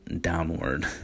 Downward